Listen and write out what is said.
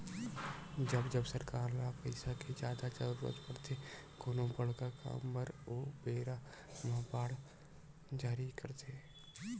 जब जब सरकार ल पइसा के जादा जरुरत पड़थे कोनो बड़का काम बर ओ बेरा म बांड जारी करथे